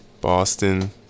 Boston